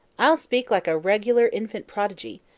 i'll speak like a regular infant prodigy.